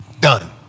Done